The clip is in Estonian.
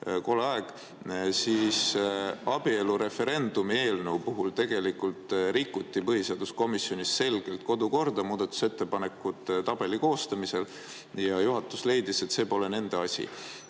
kole aeg –, siis abielureferendumi eelnõu puhul tegelikult rikuti põhiseaduskomisjonis selgelt kodukorda muudatusettepanekute tabeli koostamisel. Juhatus leidis, et see pole nende asi,